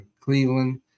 Cleveland